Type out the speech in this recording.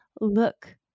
look